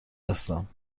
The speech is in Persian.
هستم